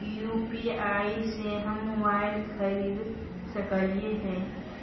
UPI से हम mobile खरिद सकलिऐ है